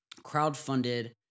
crowdfunded